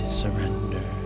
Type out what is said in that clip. surrender